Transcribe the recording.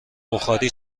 بخاری